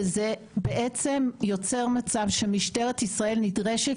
וזה בעצם יוצר מצב שמשטרת ישראל נדרשת